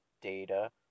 Data